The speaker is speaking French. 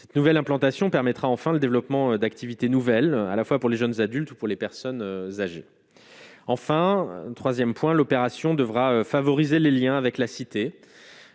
cette nouvelle implantation permettra enfin le développement d'activités nouvelles, à la fois pour les jeunes adultes ou pour les personnes âgées, enfin 3ème Point. L'opération devra favoriser les Liens avec la cité,